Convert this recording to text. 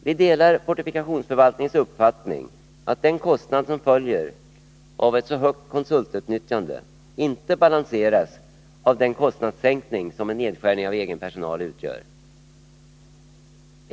Vi delar fortifikationsförvaltningens uppfattning att den kostnad som följer av ett så högt konsultutnyttjande inte balanseras av den kostnadssänkning som en nedskärning av egen personal medför.